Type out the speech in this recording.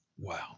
Wow